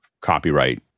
copyright